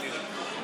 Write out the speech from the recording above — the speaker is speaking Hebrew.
כנראה.